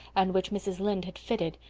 and which mrs. lynde had fitted,